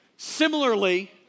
Similarly